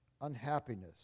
unhappiness